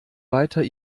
weiter